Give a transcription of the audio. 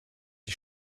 die